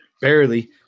Barely